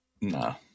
No